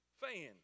fan